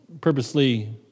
purposely